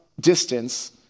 distance